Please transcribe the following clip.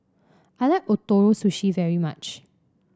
I like Ootoro Sushi very much